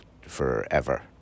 forever